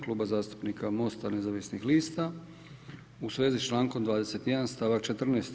Kluba zastupnika MOST-a nezavisnih lista u svezi s člankom 21. stavak 14.